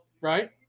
right